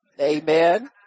Amen